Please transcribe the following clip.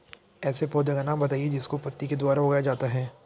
ऐसे पौधे का नाम बताइए जिसको पत्ती के द्वारा उगाया जाता है